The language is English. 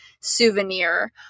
souvenir